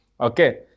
okay